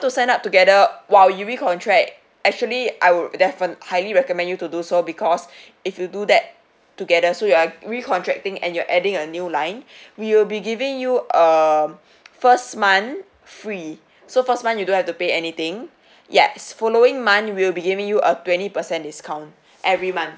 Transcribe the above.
to sign up together while you recontract actually I would defini~ highly recommend you to do so because if you do that together so you are recontracting and you're adding a new line we will be giving you a first month free so first month you don't have to pay anything yes following month we'll be giving you a twenty percent discount every month